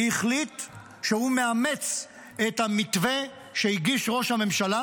החליט שהוא מאמץ את המתווה שהגיש ראש הממשלה,